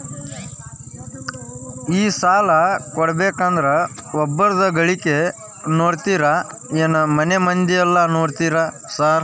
ಈ ಸಾಲ ಕೊಡ್ಬೇಕಂದ್ರೆ ಒಬ್ರದ ಗಳಿಕೆ ನೋಡ್ತೇರಾ ಏನ್ ಮನೆ ಮಂದಿದೆಲ್ಲ ನೋಡ್ತೇರಾ ಸಾರ್?